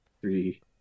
three